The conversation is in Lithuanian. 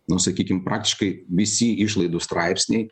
nu sakykim praktiškai visi išlaidų straipsniai